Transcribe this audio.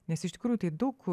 nes iš tikrųjų tai daug